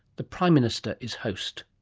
the prime minister is host.